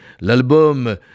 l'album